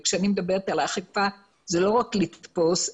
וכשאני מדברת על אכיפה זה לא רק לתפוס,